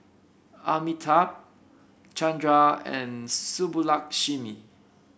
Amitabh Chandra and Subbulakshmi